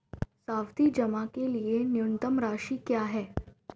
सावधि जमा के लिए न्यूनतम राशि क्या है?